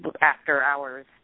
after-hours